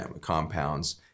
compounds